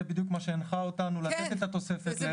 זה בדיוק מה שהנחה אותנו לתת את התוספת.